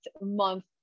month